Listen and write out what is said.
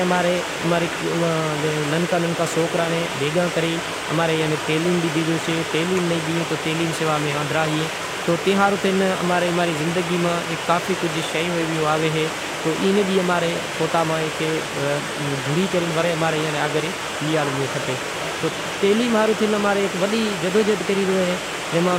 اماں را ننکا ننکا سوکرا ناں بھیگا کرے ایناں تعلیم ڈنی زاشے تعلیم ناں ڈنی تو تعلیم سوا اندھورائی ہے تو تیں ہاروں امارے زندگی ماں کافی کجھ شیوں ایویوں آوی ماں رو ہیک مانڑو وڈی جدوجہد کری ریو اے۔ اماں